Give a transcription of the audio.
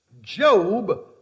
Job